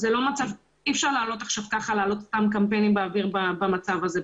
אי אפשר להעלות ככה עוד פעם קמפיינים באוויר במצב הזה,